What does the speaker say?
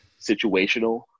situational